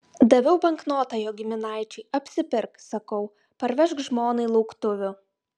daviau banknotą jo giminaičiui apsipirk sakau parvežk žmonai lauktuvių